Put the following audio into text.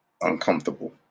uncomfortable